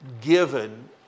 given